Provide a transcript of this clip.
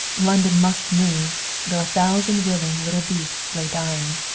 london must move, though a thousand willing little beasts lay dying.